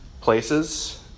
places